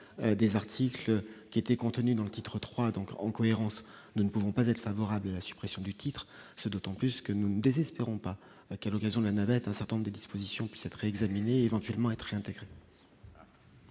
des articles qui était contenue dans le titre III donc en cohérence ne ne pouvons pas être favorable à la suppression du titre ce d'autant plus que nous ne désespérons pas qu'à l'occasion de la navette, un certain nombre de dispositions puissent être examinées éventuellement être réintégré.